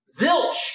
Zilch